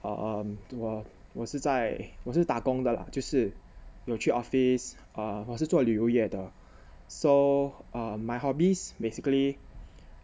um 我是在我是打工的 lah 就是有去 office err 我是做旅游业的 so err my hobbies basically